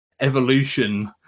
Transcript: evolution